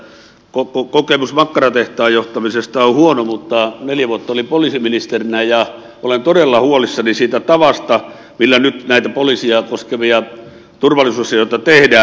edustaja östmanille on sanottava että kokemus makkaratehtaan johtamisesta on huono mutta neljä vuotta olin poliisiministerinä ja olen todella huolissani siitä tavasta millä nyt näitä poliisia koskevia turvallisuusasioita tehdään